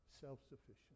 self-sufficient